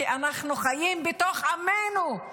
כי אנחנו חיים בתוך עמנו.